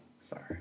Sorry